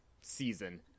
season